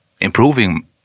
improving